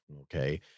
Okay